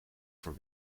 voor